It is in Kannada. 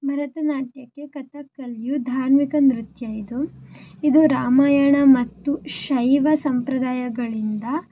ಭರತನಾಟ್ಯಕ್ಕೆ ಕಥಕ್ಕಲಿಯು ಧಾರ್ಮಿಕ ನೃತ್ಯ ಇದು ಇದು ರಾಮಾಯಣ ಮತ್ತು ಶೈವ ಸಂಪ್ರದಾಯಗಳಿಂದ